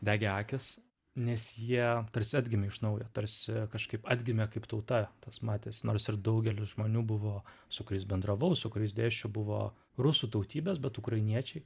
degė akys nes jie tarsi atgimė iš naujo tarsi kažkaip atgimė kaip tauta tas matės nors ir daugelis žmonių buvo su kuriais bendravau su kuriais dėsčiau buvo rusų tautybės bet ukrainiečiai